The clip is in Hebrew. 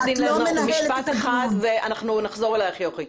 משפט אחד, ואנחנו נחזור אלייך, יוכי.